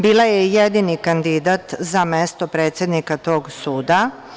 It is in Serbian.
Bila je jedini kandidat za mesto predsednika tog suda.